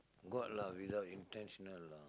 got lah without intentional lah